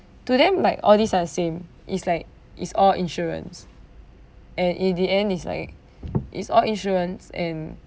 to them like all these are same it's like it's all insurance and in the end it's like it's all insurance and